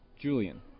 Julian